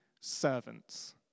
servants